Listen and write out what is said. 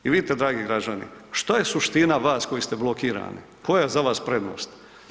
I vidite dragi građani, šta je suština vas koji ste blokirani, koja je za vas prednost?